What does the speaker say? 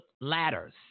ladders